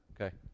Okay